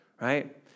right